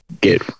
get